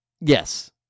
Yes